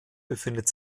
befindet